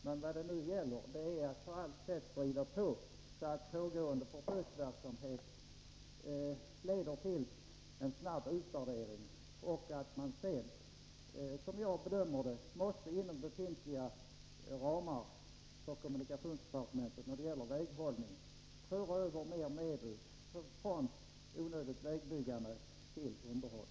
Men vad det nu gäller är att på allt sätt driva på så att pågående försöksverksamhet leder till en snabb utvärdering och att man inom befintliga ramar på kommunikationsdepartementets område när det gäller väghållning måste föra över mera medel från onödigt vägbyggande till underhåll.